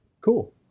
cool